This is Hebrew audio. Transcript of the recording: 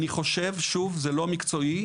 זה לא מקצועי האישי,